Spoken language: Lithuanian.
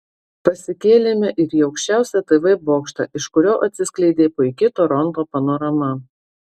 pasikėlėme ir į aukščiausią tv bokštą iš kurio atsiskleidė puiki toronto panorama